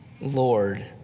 Lord